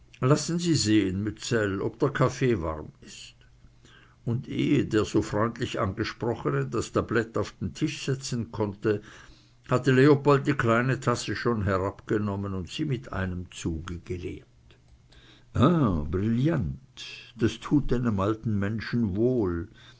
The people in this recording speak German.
lassen sie sehen mützell ob der kaffee warm ist und ehe der so freundlich angesprochene das tablett auf den tisch setzen konnte hatte leopold die kleine tasse schon herabgenommen und sie mit einem zuge geleert ah brillant das tut einem alten menschen wohl